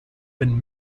been